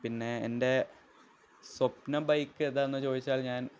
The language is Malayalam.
പിന്നെ എന്റെ സ്വപ്ന ബൈക്ക് ഏതാണെന്ന് ചോദിച്ചാല് ഞാന്